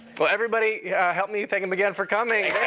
well, everybody help me thank him again for coming.